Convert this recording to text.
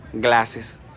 glasses